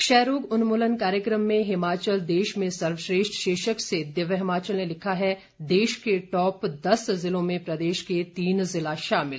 क्षय रोग उन्मूलन कार्यक्रम में हिमाचल देश में सर्वश्रेष्ठ शीर्षक से दिव्य हिमाचल ने लिखा है देश के टॉप दस जिलों में प्रदेश के तीन जिला शामिल